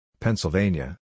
Pennsylvania